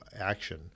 action